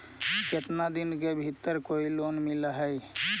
केतना दिन के भीतर कोइ लोन मिल हइ?